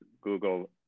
google